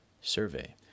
survey